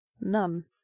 None